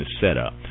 setup